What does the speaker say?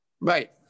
Right